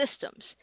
systems